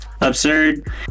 absurd